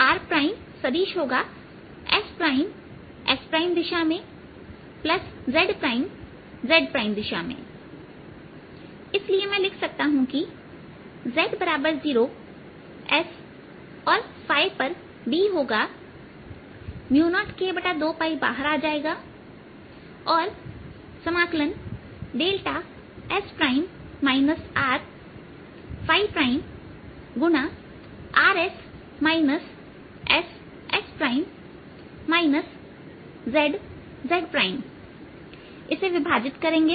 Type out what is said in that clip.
r prime सदिश होगा s prime s prime दिशा में z प्राइम z प्राइम दिशा में इसलिए मैं लिख सकता हूं कि z0s पर B होगा 0k2बाहर आ जाएगा और s R ×rs s s z z इसे विभाजित करेंगे